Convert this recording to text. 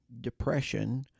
depression